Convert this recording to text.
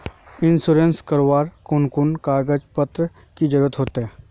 Insurance करावेल कोन कोन कागज पत्र की जरूरत होते?